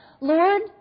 Lord